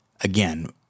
again